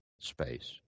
space